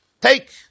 take